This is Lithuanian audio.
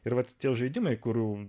ir vat tie žaidimai kurių